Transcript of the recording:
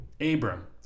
Abram